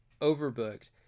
overbooked